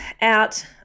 out